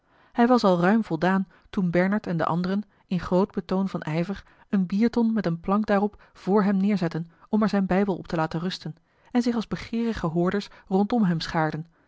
hij was al ruim voldaan toen bernard en de anderen in groot betoon van ijver eene bierton met eene plank daarop vr hem neêrzetten om er zijn bijbel op te laten rusten en zich als begeerige hoorders rondom hem schaarden